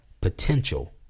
potential